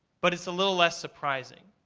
but it's a little less surprising.